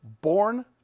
Born